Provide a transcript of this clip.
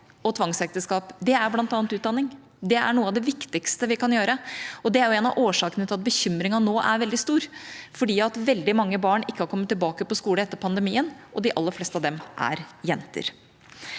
og tvangsekteskap, er bl.a. utdanning. Det er noe av det viktigste vi kan gjøre, og det er en av årsakene til at bekymringen nå er veldig stor. For veldig mange barn har ikke kommet tilbake på skolen etter pandemien, og de aller fleste av dem er jenter.